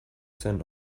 zen